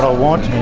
ah want.